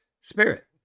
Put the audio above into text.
spirit